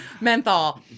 Menthol